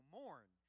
mourn